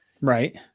right